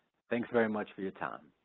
thanks very much for your time.